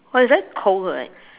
but it's very cold right